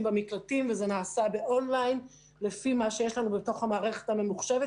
במקלטים וזה נעשה באון ליין לפי מה שיש לנו בתוך המערכת הממוחשבת,